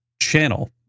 channel